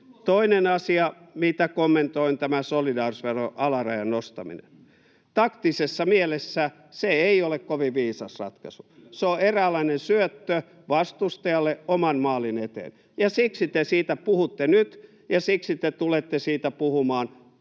Toinen asia, mitä kommentoin, on tämä solidaarisuusveron alarajan nostaminen. Taktisessa mielessä se ei ole kovin viisas ratkaisu. Se on eräänlainen syöttö vastustajalle oman maalin eteen, ja siksi te siitä puhutte nyt, ja siksi te tulette siitä puhumaan